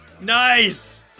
Nice